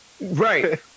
Right